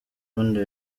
one